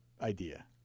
idea